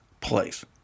place